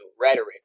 rhetoric